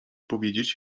powiedzieć